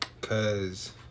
Cause